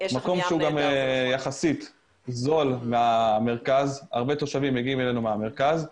מקום שהוא גם יחסית זול במרכז והרבה תושבים מגיעים אלינו מהמרכז.